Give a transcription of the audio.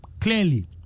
clearly